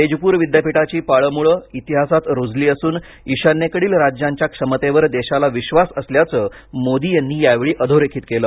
तेजपुर विद्यापीठाची पाळेमुळे इतिहासात रूजली असून ईशान्येकडील राज्यांच्या क्षमतेवर देशाला विश्वास असल्याचं मोदी यांनी यावेळी अधोरेखित केलं